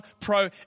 pro